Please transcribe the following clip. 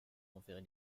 envers